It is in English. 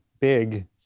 big